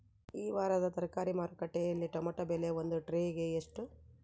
ಈ ವಾರದ ತರಕಾರಿ ಮಾರುಕಟ್ಟೆಯಲ್ಲಿ ಟೊಮೆಟೊ ಬೆಲೆ ಒಂದು ಟ್ರೈ ಗೆ ಎಷ್ಟು?